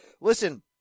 listen